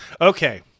Okay